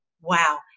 Wow